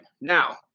Now